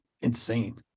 insane